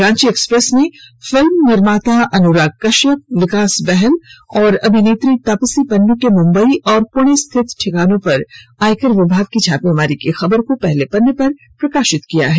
Ranchi Express ने film निर्माता अनुराग कश्यप विकास बहल और अभिनेत्री तापसी पन्नु के मुबंई और पुणे स्थित ठिकानों पर आयकर विभाग की छापेमारी की खबर को पहले पन्ने पर प्रकाशित किया है